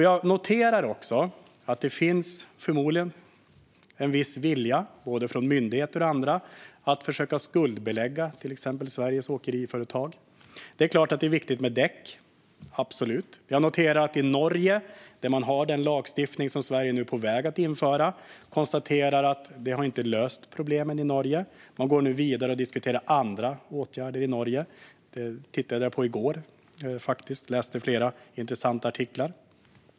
Jag noterar att det förmodligen finns en viss vilja hos både myndigheter och andra att försöka skuldbelägga till exempel Sveriges Åkeriföretag. Det är klart att det är viktigt med däck - absolut. I Norge, där man har den lagstiftning som Sverige nu är på väg att införa, konstaterar man att detta inte har löst problemen i Norge. Man går nu vidare och diskuterar andra åtgärder i Norge. Det tittade jag faktiskt på i går. Jag läste flera intressanta artiklar.